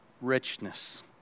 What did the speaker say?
richness